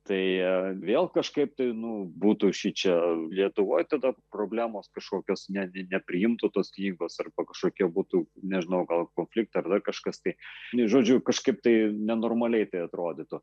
tai vėl kažkaip tai nu būtų šičia lietuvoj tada problemos kažkokios ne nepriimtų tos knygos arba kažkokie būtų nežinau gal konfliktai ar dar kažkas tai žodžiu kažkaip tai nenormaliai tai atrodytų